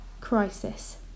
crisis